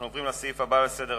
אנחנו עוברים לסעיף הבא בסדר-היום: